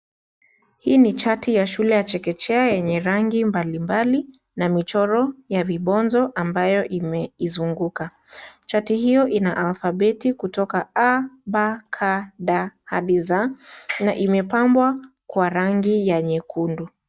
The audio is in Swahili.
Hii ni chati ya shule ya chekechea yenye rangi mbalimbali na michoro ya vibonzo ambayo imeizunguka, chati hio ina alfabeti kutoka a,b,c,d hadi z na imepambwa kwa rangi ya nyekundu.